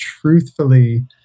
truthfully